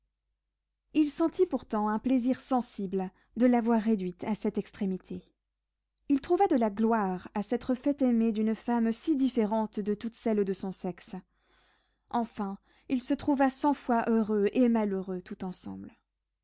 il sentit pourtant un plaisir sensible de l'avoir réduite à cette extrémité il trouva de la gloire à s'être fait aimer d'une femme si différente de toutes celles de son sexe enfin il se trouva cent fois heureux et malheureux tout ensemble